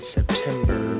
September